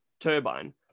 turbine